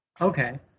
okay